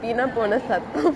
வீணா போன சத்தம்:veena pone satham